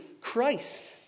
Christ